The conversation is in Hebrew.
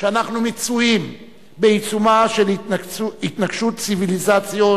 שאנחנו מצויים בעיצומה של התנגשות ציוויליזציות